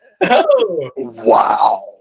Wow